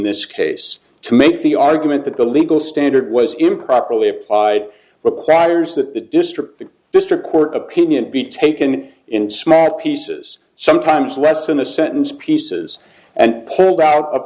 this case to make the argument that the legal standard was improperly applied requires that the district the district court opinion be taken in small pieces sometimes less than a sentence pieces and